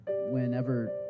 Whenever